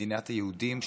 מדינת היהודים,